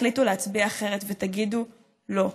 תחליטו להצביע אחרת ותגידו: לא.